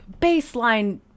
baseline